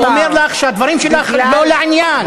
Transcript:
אני כיושב-ראש אומר לך שהדברים שלך לא לעניין.